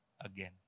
again